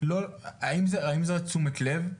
האם זה תשומת לב,